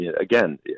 again